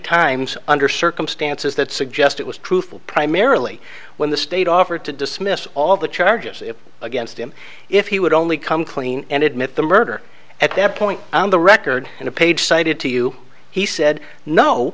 times under circumstances that suggest it was truthful primarily when the state offered to dismiss all the charges against him if he would only come clean and admit the murder at that point on the record in a page cited to you he said no